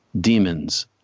demons